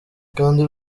kandi